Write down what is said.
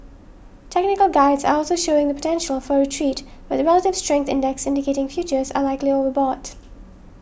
technical guides are also showing the potential for a retreat with relative strength index indicating futures are likely overbought